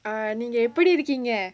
ah நீங்க எப்டி இருகீங்க:neenga epdi irukkeenga